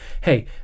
hey